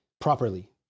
properly